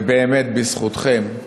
ובאמת בזכותכם,